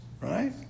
Right